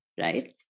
right